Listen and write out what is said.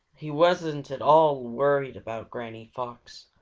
he wasn't at all worried about granny fox,